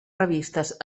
revistes